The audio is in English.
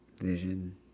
vision